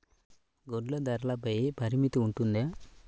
గుడ్లు ధరల పై పరిమితి ఉంటుందా?